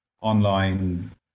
online